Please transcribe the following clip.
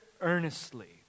earnestly